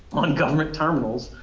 on government terminals,